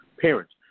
parents